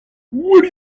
what